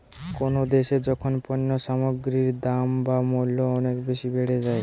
কোনো দ্যাশে যখন পণ্য সামগ্রীর দাম বা মূল্য অনেক বেশি বেড়ে যায়